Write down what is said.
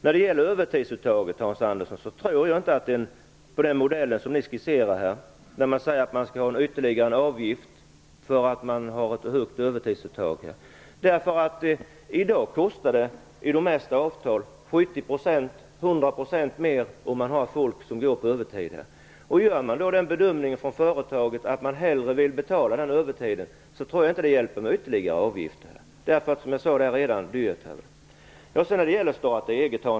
Jag tror inte på den modell ni skisserar när det gäller övertidsuttaget, Hans Andersson. Ni vill ha ytterligare en avgift för högt övertidsuttag. I dag kostar det enligt de flesta avtal 70 eller 100 % mer att ha folk som går på övertid. Gör företaget bedömningen att man hellre vill betala den övertiden tror jag inte att det hjälper med ytterligare avgifter. Som jag sade är det redan dyrt.